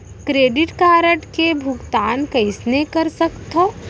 Credit card के भुगतान कईसने कर सकथो?